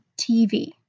TV